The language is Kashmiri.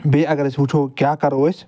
بیٚیہِ اگر أسۍ وُچھو کیٛاہ کرو أسۍ